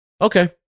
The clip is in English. okay